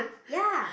ya